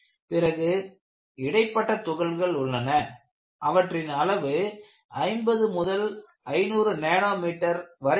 பிறகு இடைப்பட்ட துகள்கள் உள்ளனஅவற்றின் அளவு 50 முதல் 500 நானோமீட்டர் வரை இருக்கும்